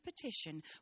petition